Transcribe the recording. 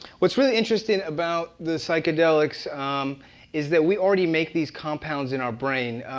what's really interesting about the psychedelics is that we already make these compounds in our brain.